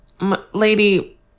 lady